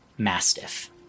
Mastiff